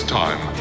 time